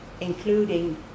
including